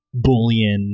Boolean